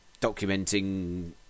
documenting